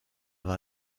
war